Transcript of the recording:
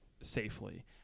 safely